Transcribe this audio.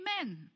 amen